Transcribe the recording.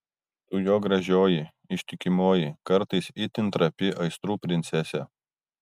tu jo gražioji ištikimoji kartais itin trapi aistrų princesė